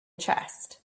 chest